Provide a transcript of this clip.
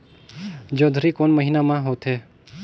जोंदरी कोन महीना म होथे?